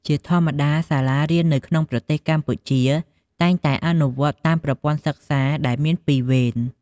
ជាធម្មតា សាលារៀននៅក្នុងប្រទេសកម្ពុជាតែងតែអនុវត្តតាមប្រព័ន្ធសិក្សាដែលមានពីរវេន។